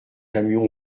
camion